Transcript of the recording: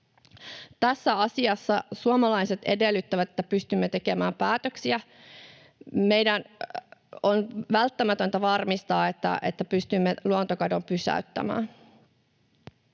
Tässä asiassa suomalaiset edellyttävät, että pystymme tekemään päätöksiä. Meidän on välttämätöntä varmistaa, että pystymme luontokadon pysäyttämään.